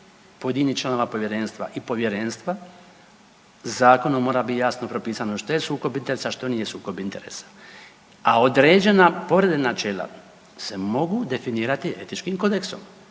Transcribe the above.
pojedinih članova povjerenstva i povjerenstva zakonom mora biti jasno propisano što je sukob interesa, a što nije sukob interesa, a određena povreda načela se mogu definirati etičkim kodeksom.